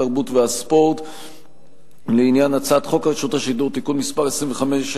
התרבות והספורט לעניין הצעת חוק רשות השידור (תיקון מס' 25),